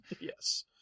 Yes